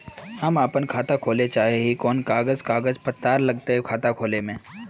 हम अपन खाता खोले चाहे ही कोन कागज कागज पत्तार लगते खाता खोले में?